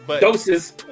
Doses